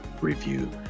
review